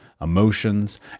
emotions